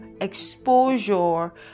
exposure